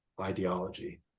ideology